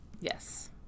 yes